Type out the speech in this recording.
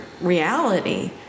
reality